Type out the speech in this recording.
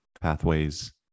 pathways